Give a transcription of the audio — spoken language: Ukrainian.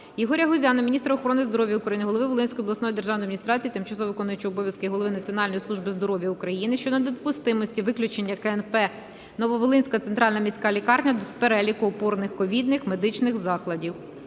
Ігоря Гузя на міністра охорони здоров'я України, голови Волинської обласної державної адміністрації, тимчасово виконуючого обов'язки голови Національної служби здоров'я України щодо недопустимості виключення КНП "Нововолинська центральна міська лікарня" з переліку опорних "ковідних" медичних закладів.